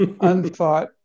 unthought